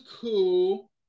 cool